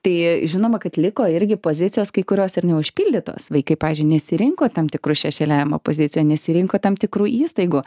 tai žinoma kad liko irgi pozicijos kai kurios ir neužpildytos vaikai pavyzdžiui nesirinko tam tikrų šešėliavimo pozicijų nesirinko tam tikrų įstaigų